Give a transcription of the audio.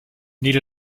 need